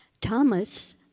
thomas